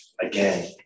again